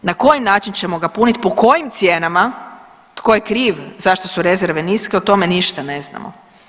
Na koji način ćemo ga punit, po kojim cijenama, tko je kriv zašto su rezerve niske o tome ništa ne znamo.